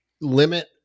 limit